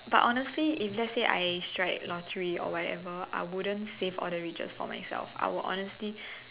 but honestly if let's say I strike lottery or whatever I wouldn't save all the riches for myself I would honestly